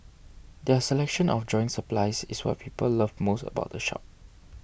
their selection of drawing supplies is what people love most about the shop